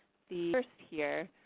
the first here,